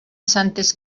santes